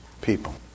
people